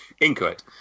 Incorrect